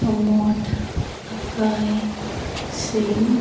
ꯑꯃꯣꯠ ꯑꯀꯥꯏꯁꯤꯡ